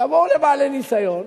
תבואו לבעלי ניסיון,